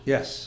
Yes